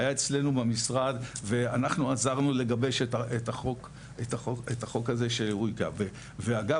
היה אצלנו במשרד ואנחנו עזרנו לגבש את החוק הזה ואגב,